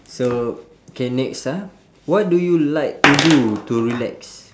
so K next ah what do you like to do to relax